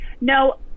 no